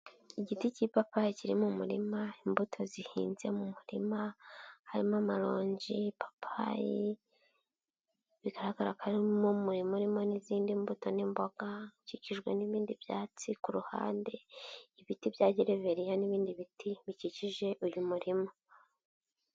Igiti cy'ipapayi kiri mu murima imbuto zihinze mu murima harimo amaronji, ipapayi bigaragara ko harimo umurima urimo n'izindi mbuto n'imboga zikikijwe n'ibindi byatsi ku ruhande ibiti bya gereveriya n'ibindi biti bikikije uyu murima.